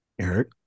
Eric